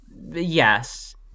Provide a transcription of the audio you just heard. Yes